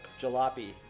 jalopy